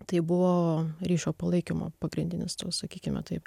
tai buvo ryšio palaikymo pagrindinis toks sakykime taip